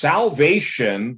Salvation